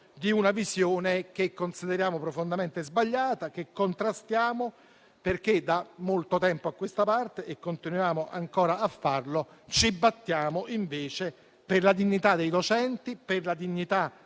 di una visione che consideriamo profondamente sbagliata e che contrastiamo, perché da molto tempo a questa parte - e continuiamo ancora a farlo - ci battiamo invece per la dignità dei docenti e degli